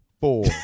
four